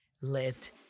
let